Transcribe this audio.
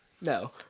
No